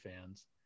fans